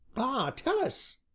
ah! tell us,